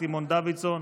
סימון דוידסון,